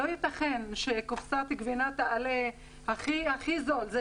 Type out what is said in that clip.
לא ייתכן שקופסת גבינה הכי זולה של